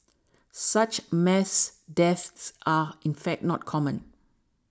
such mass deaths are in fact not common